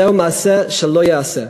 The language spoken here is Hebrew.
זהו מעשה שלא ייעשה.